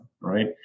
right